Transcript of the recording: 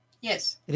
Yes